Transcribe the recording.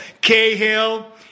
Cahill